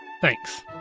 Thanks